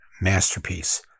masterpiece